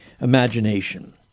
imagination